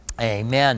Amen